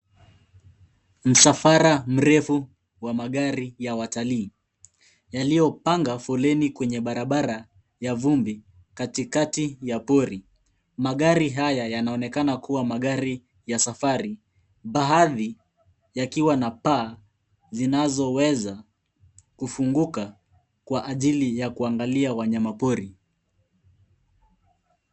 Msafara mrefu ya magari ya watalii yaliyopanga foleni kwenye barabara ya vumbi katikati ya pori. Magari haya yanaonekana kuwa magari ya safari baadhi yakiwa na paa zinazoweza kufunguka kwa ajili ya kuangalia wanyamapori.